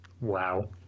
wow